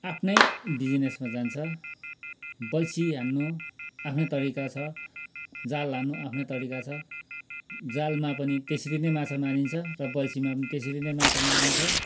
आफ्नै बिजनेसमा जान्छ बल्छी हान्नु आफ्नै तरिका छ जाल हान्नु आफ्नै तरिका छ जालमा पनि त्यसरी नै माछा मारिन्छ र बल्छीमा पनि त्यसरी नै माछा मारिन्छ